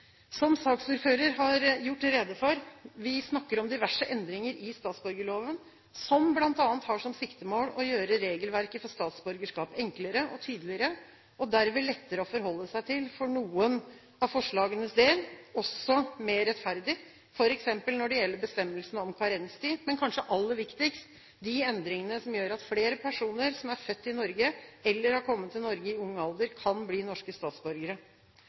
Som saksordføreren har gjort rede for, snakker vi om diverse endringer i statsborgerloven, som bl.a. har som siktemål å gjøre regelverket for statsborgerskap enklere og tydeligere, og derved lettere å forholde seg til, for noen av forslagenes del også mer rettferdig, f.eks. når det gjelder bestemmelsen om karenstid, men kanskje aller viktigst de endringene som gjør at flere personer som er født i Norge, eller har kommet til Norge i ung alder, kan bli norske